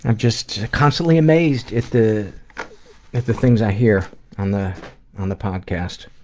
and just constantly amazed at the at the things i hear on the on the podcast.